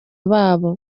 babo